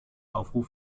aufruf